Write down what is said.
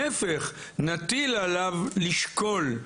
להיפך, נטיל עליו לשקול.